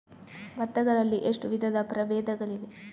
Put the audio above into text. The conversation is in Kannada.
ಭತ್ತ ಗಳಲ್ಲಿ ಎಷ್ಟು ವಿಧದ ಪ್ರಬೇಧಗಳಿವೆ?